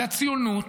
הציונות,